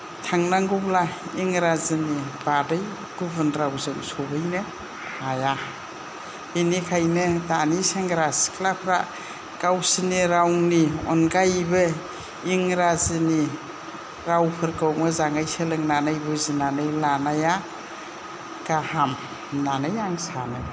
थांनांगौब्ला इंराजीनि बादै गुबुन रावजों सहैनो हाया बिनिखायनो दानि सेंग्रा सिख्लाफ्रा गावसिनि रावनि अनगायैबो इंराजीनि रावफोरखौ मोजाङै सोलोंनानै बुजिनानै लानाया गाहाम होननानै आं सानो